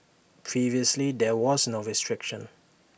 previously there was no restriction